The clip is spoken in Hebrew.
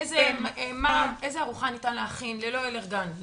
איזו ארוחה ניתן להכין ללא אלרגן,